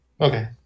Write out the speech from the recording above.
Okay